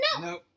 No